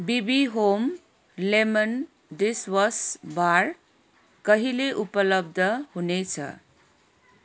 BB home lemon dishwash bar कहिले उपलब्ध हुनेछ